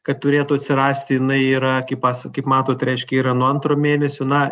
kad turėtų atsirasti jinai yra kaip pas kaip matot reiškia yra nuo antro mėnesio na